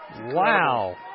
Wow